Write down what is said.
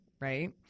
right